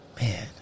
Man